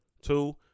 two